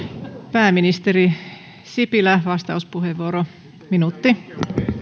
pääministeri sipilä vastauspuheenvuoro minuutti